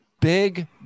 Big